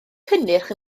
cynnyrch